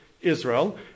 Israel